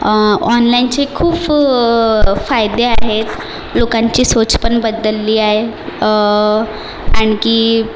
ऑनलाइनचे खूप फायदे आहेत लोकांची सोच पण बदलली आहे आणखी